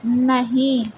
نہیں